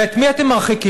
ואת מי אתם מרחיקים?